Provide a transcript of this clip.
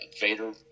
vader